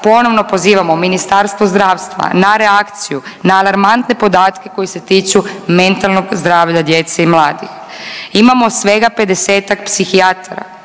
ponovno pozivamo Ministarstvo zdravstva na reakciju, na alarmantne podatke koji se tiču mentalnog zdravlja djece i mladih. Imamo svega 50-ak psihijatara